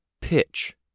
Pitch